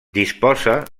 disposa